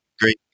great